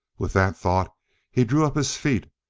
with that thought he drew up his feet,